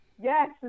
Yes